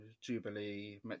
Jubilee